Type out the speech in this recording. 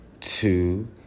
two